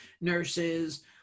nurses